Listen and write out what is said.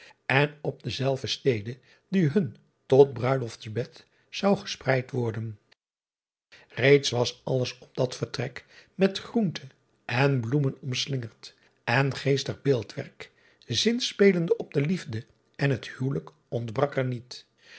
en op dezelfde stede die hun tot ruiloftsbed zou gespreid worden eeds driaan oosjes zn et leven van illegonda uisman was alles op dat vertrek met groente en bloomen omslingerd en geestig beeldwerk zinspelende op de liefde en het huwelijk ontbrak er niet